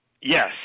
Yes